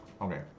Okay